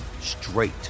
straight